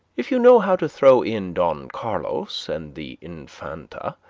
if you know how to throw in don carlos and the infanta,